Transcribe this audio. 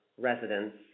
residents